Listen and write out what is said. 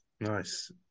Nice